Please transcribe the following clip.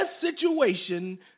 situation